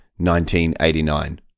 1989